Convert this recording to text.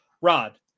Rod